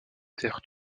terre